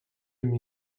amb